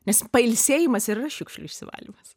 nes pailsėjimas ir yra šiukšlių išsivalymas